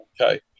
okay